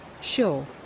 Sure